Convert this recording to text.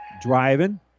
driving